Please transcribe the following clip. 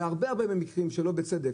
והרבה הרבה מקרים שלא בצדק.